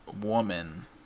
woman